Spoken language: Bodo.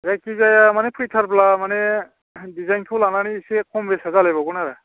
जायखि जाया मानि फैथारब्ला मानि डिजाइनखौ लानानै एसे खम बेसआ जालायबावगोन आरो